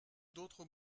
d’autres